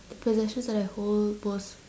the possessions that I hold most